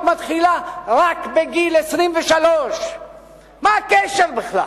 מתחילה רק בגיל 23. מה הקשר בכלל?